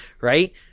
Right